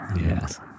Yes